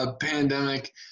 pandemic